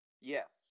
Yes